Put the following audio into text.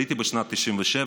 עליתי בשנת 1997,